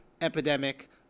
epidemic